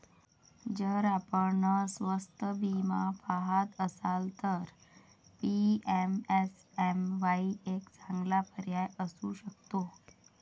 जर आपण स्वस्त विमा पहात असाल तर पी.एम.एस.एम.वाई एक चांगला पर्याय असू शकतो